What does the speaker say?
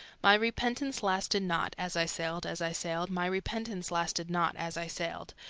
my repentance lasted not, as i sailed, as i sailed, my repentance lasted not, as i sailed,